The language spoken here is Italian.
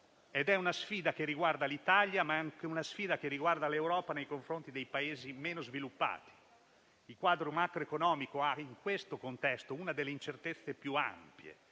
È una sfida che riguarda l'Italia, ma anche l'Europa nei confronti dei Paesi meno sviluppati. Il quadro macroeconomico in questo contesto ha una delle incertezze più ampie,